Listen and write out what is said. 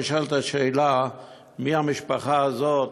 נשאלת השאלה מי המשפחה הזאת,